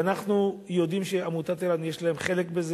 אנחנו יודעים שלעמותת ער"ן יש חלק בזה